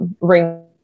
ring